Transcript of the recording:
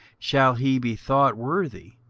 shall he be thought worthy,